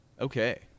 Okay